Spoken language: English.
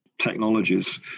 technologies